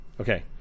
Okay